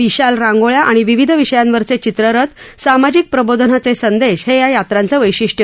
विशाल रांगोळ्या विविध विषयांवरचे चित्ररथ सामाजिक प्रबोधनाचे संदेश हे या यात्रांचं वैशिष्ट्य